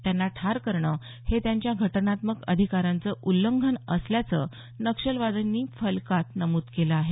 त्यांना ठार करणं हे त्यांच्या घटनात्मक अधिकारांचं उल्लंघन असल्याचं नक्षलवाद्यांनी फलकात नमुद केलं आहे